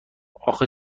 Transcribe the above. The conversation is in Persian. آخه